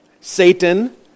Satan